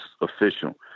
official